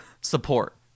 support